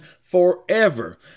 forever